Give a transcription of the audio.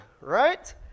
right